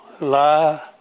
lie